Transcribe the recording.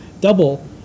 double